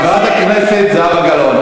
חברת הכנסת זהבה גלאון,